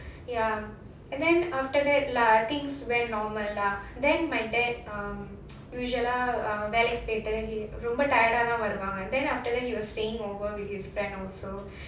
ya and then after that lah things went normal lah then my dad um usual ah வேளைக்கு போயிட்டு ரொம்ப:velaiku poitu romba tired ah தா வருவாங்க:dha varuvaanga then after that he was staying over with his friend also